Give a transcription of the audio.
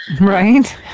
Right